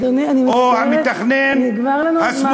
אדוני, אני מצטערת, נגמר לנו הזמן.